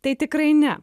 tai tikrai ne